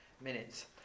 minutes